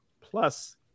plus